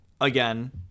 again